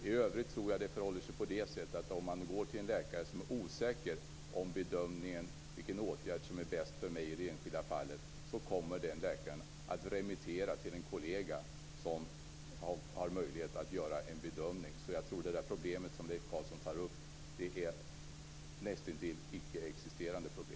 I övrigt tror jag att det förhåller sig så att om man går till en läkare som är osäker på vilken åtgärd som är bäst i det enskilda fallet, kommer läkaren att remittera till en kollega som har möjlighet att göra en bedömning. Så jag tror att det problem som Leif Carlson tar upp är nästintill icke-existerande.